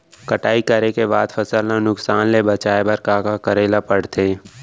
कटाई करे के बाद फसल ल नुकसान ले बचाये बर का का करे ल पड़थे?